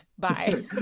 Bye